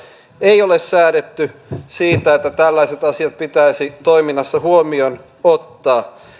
ei ole säädetty siitä että tällaiset asiat pitäisi toiminnassa huomioon ottaa